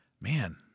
man